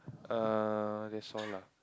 err that's all lah